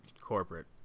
Corporate